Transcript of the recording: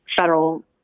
federal